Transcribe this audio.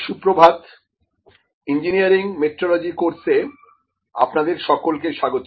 সুপ্রভাত engineering metrology course এ আপনাদের সকলকে স্বাগত